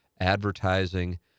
Advertising